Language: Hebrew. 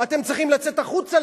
אתם צריכים לצאת החוצה,